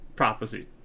prophecy